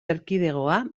erkidegoa